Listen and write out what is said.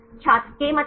छात्र k मतलब